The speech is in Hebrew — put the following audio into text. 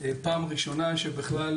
זו פעם ראשונה שבכלל